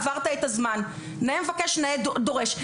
עברת את הזמן נאה דורש נאה מקיים.